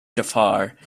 jafar